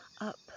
up